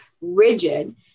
rigid